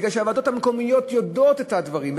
כי הוועדות המקומיות יודעות את הדברים,